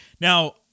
Now